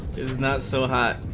is not so hot